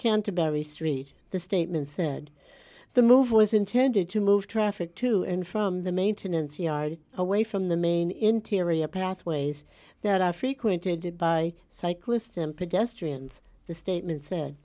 canterbury street the statement said the move was intended to move traffic to and from the maintenance yard away from the main interior pathways that are frequented by cyclists and pedestrians the statement sa